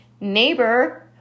neighbor